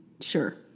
sure